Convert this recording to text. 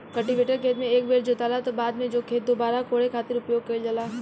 cultivator खेत से एक बेर जोतला के बाद ओ खेत के दुबारा कोड़े खातिर उपयोग कईल जाला